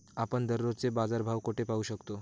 आपण दररोजचे बाजारभाव कोठे पाहू शकतो?